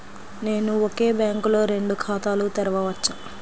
నేను ఒకే బ్యాంకులో రెండు ఖాతాలు తెరవవచ్చా?